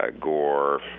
gore